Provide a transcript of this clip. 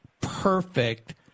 perfect